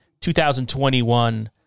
2021